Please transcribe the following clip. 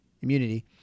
immunity